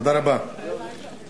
אתה בסדר גמור, מתנהג למופת.